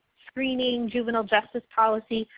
screening, juvenile justice policy,